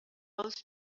els